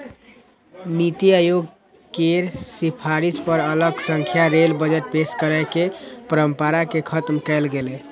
नीति आयोग केर सिफारिश पर अलग सं रेल बजट पेश करै के परंपरा कें खत्म कैल गेलै